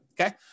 Okay